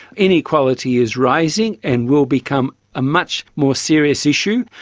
inequality is rising and will become a much more serious issue.